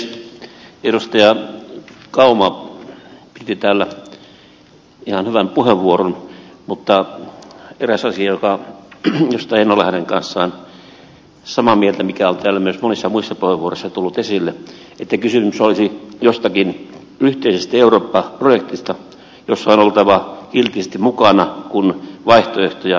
edustaja kauma piti täällä ihan hyvän puheenvuoron mutta eräs asia josta en ole hänen kanssaan samaa mieltä mikä on täällä myös monissa muissa puheenvuoroissa tullut esille on se että kysymys olisi jostakin yhteisestä eurooppa projektista jossa on oltava kiltisti mukana kun vaihtoehtoja ei ole